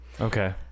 okay